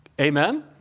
Amen